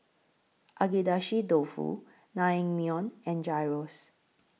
Agedashi Dofu Naengmyeon and Gyros